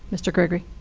mr. gregory?